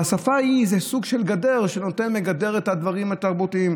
והשפה היא סוג של גדר שנותנת לגדר את הדברים התרבותיים,